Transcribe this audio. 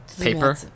Paper